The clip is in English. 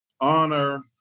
honor